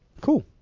Cool